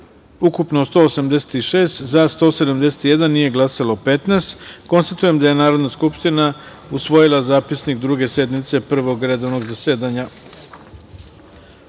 ukupno 185, za – 167, nije glasalo 18.Konstatujem da je Narodna skupština usvojila Zapisnik sednice Trećeg vanrednog zasedanja